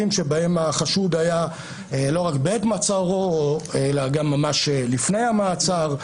בהם החשוד היה לא רק בעת מעצרו אלא גם ממש לפני המעצר,